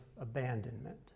abandonment